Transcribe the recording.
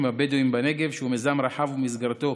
הבדואיים בנגב הוא מיזם רחב ובמסגרתו